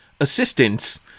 assistance